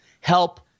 help